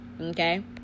Okay